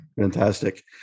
Fantastic